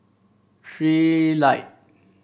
Trilight